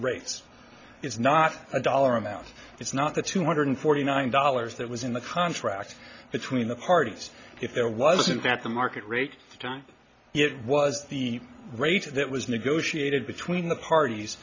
rates it's not a dollar amount it's not the two hundred forty nine dollars that was in the contract between the parties if there wasn't that the market rate the time it was the rate that was negotiated between the parties